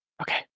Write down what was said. Okay